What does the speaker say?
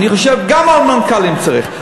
אני חושב שגם לגבי מנכ"לים צריך.